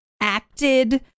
acted